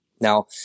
Now